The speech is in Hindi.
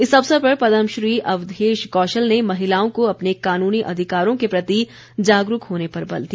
इस अवसर पर पदमश्री अवधेश कौशल ने महिलाओं को अपने कानूनी अधिकारों के प्रति जागरूक होने पर बल दिया